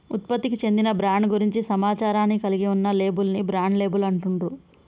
ఉత్పత్తికి చెందిన బ్రాండ్ గురించి సమాచారాన్ని కలిగి ఉన్న లేబుల్ ని బ్రాండ్ లేబుల్ అంటుండ్రు